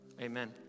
amen